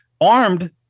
armed